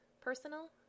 personal